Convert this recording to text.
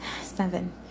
seven